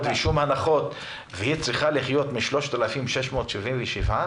ושום הנחות והיא צריכה לחיות מ-3,677 שקלים.